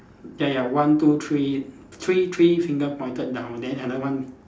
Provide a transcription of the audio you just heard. ya ya one two three three three finger pointed down and then another one